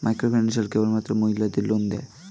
Microfinance কেবলমাত্র মহিলাদের loan দেয়?